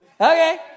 Okay